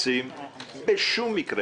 מקצצים בשום מקרה,